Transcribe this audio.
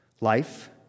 Life